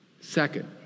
Second